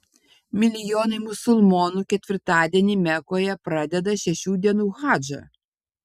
milijonai musulmonų ketvirtadienį mekoje pradeda šešių dienų hadžą